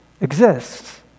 exists